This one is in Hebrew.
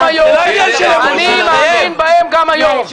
אני מאמין בהם גם היום.